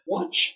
Watch